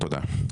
תודה.